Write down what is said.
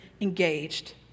engaged